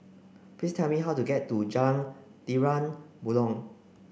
please tell me how to get to Jalan Terang Bulan